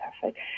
perfect